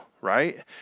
right